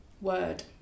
word